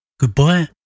Goodbye